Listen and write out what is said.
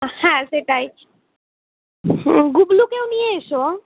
হ্যাঁ সেটাই হুম গুবলুকেও নিয়ে এসো